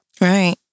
Right